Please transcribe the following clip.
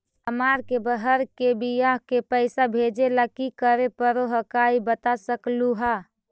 हमार के बह्र के बियाह के पैसा भेजे ला की करे परो हकाई बता सकलुहा?